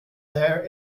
there